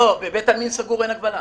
בבית עלמין סגור אין הגבלה.